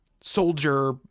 soldier